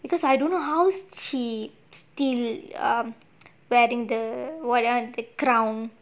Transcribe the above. because I don't know how she still um wearing the what ah the crown